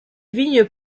vignes